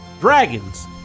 dragons